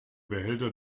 behälter